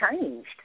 changed